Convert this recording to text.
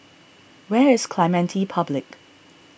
where is Clementi Public